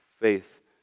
faith